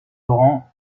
laurent